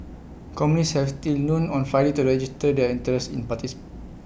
companies has till noon on Friday to register their interest in parties